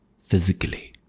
physically